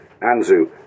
Anzu